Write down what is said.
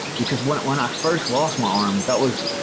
because when when i first lost my arm that was,